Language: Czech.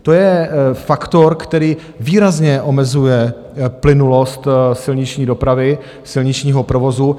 To je faktor, který výrazně omezuje plynulost silniční dopravy, silničního provozu.